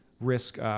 risk